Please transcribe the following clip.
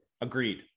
Agreed